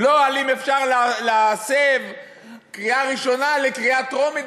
לא על אם אפשר להסב קריאה ראשונה לקריאה טרומית,